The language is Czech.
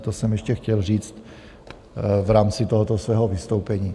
To jsem ještě chtěl říct v rámci tohoto svého vystoupení.